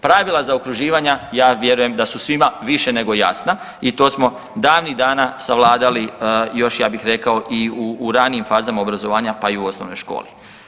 Pravila zaokruživanja ja vjerujem da su svima više nego jasna i to smo davnih dana savladali još ja bih rekao i u ranijim fazama obrazovanja, pa i u osnovnoj školi.